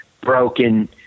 broken